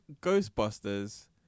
Ghostbusters